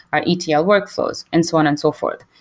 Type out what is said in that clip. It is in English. ah etl workflows and so on and so forth.